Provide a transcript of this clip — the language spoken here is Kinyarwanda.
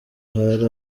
hari